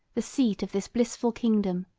the seat of this blissful kingdom,